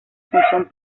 función